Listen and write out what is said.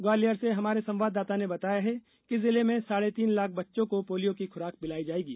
ग्वालियर से हमारे संवाददाता ने बताया है कि जिले में साढ़े तीन लाख बच्चों को पोलियो की खुराक पिलाई जायेगी